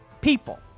people